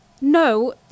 No